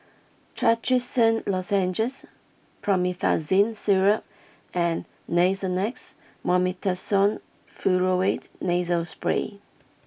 Trachisan Lozenges Promethazine Syrup and Nasonex Mometasone Furoate Nasal Spray